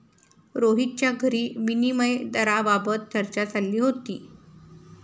रोहितच्या घरी विनिमय दराबाबत चर्चा चालली होती